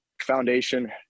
Foundation